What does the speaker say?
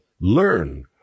learn